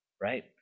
right